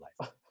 life